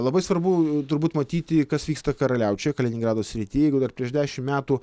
labai svarbu turbūt matyti kas vyksta karaliaučiuje kaliningrado srity jeigu dar prieš dešimt metų